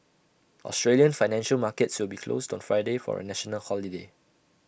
Australian financial markets will be closed on Friday for A national holiday